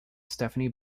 stephanie